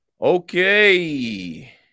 Okay